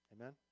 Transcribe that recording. Amen